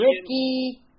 Ricky